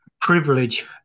privilege